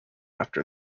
after